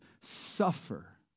suffer